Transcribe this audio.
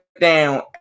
down